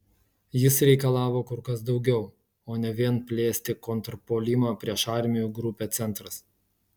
jis reikalavo kur kas daugiau o ne vien plėsti kontrpuolimą prieš armijų grupę centras